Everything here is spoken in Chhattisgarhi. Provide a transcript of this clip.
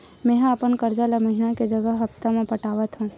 मेंहा अपन कर्जा ला महीना के जगह हप्ता मा पटात हव